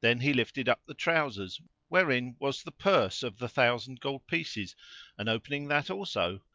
then he lifted up the trousers wherein was the purse of the thousand gold pieces and, opening that also,